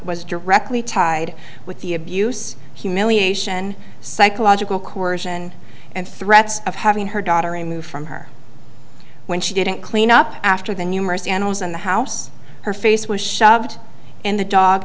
was directly tied with the abuse humiliation psychological coercion and threats of having her daughter removed from her when she didn't clean up after the numerous animals in the house her face was shoved in the dog